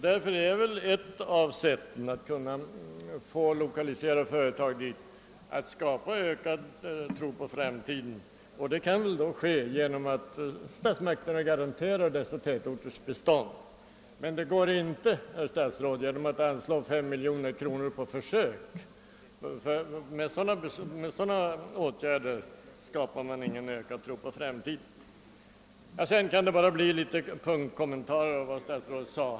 Därför är ett av sätten att få företag lokaliserade dit att skapa ökad tro på framtiden för dem, och det bör kunna ske genom att statsmakterna garanterar dessa tätorters bestånd. Men det går inte, herr statsråd, genom att anslå fem miljoner kronor på försök. Med sådana åtgärder skapar man ingen ökad tro på framtiden. I övrigt kan jag endast hinna med några punktkommentarer till vad statsrådet sade.